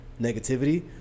negativity